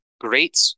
great